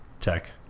tech